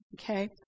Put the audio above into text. Okay